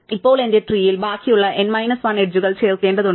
ഇപ്പോൾ എന്റെ ട്രീൽ ബാക്കിയുള്ള n മൈനസ് 1 എഡ്ജുകൾ ചേർക്കേണ്ടതുണ്ട്